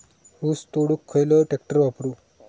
ऊस तोडुक खयलो ट्रॅक्टर वापरू?